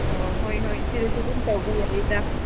ꯑꯣ ꯍꯣꯏ ꯍꯣꯏ ꯁꯤꯗꯁꯨ ꯑꯗꯨꯝ ꯇꯧꯕ ꯌꯥꯏꯗ